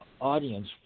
audience